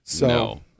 No